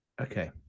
Okay